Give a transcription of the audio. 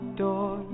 door